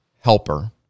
helper